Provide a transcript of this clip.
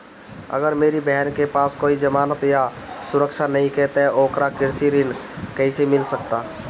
अगर मेरी बहन के पास कोई जमानत या सुरक्षा नईखे त ओकरा कृषि ऋण कईसे मिल सकता?